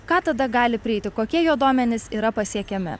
ką tada gali prieiti kokie jo duomenys yra pasiekiami